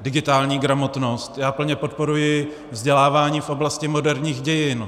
digitální gramotnost, já plně podporuji vzdělávání v oblasti moderních dějin.